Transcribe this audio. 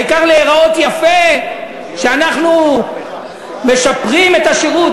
העיקר להיראות יפה, שאנחנו משפרים את השירות.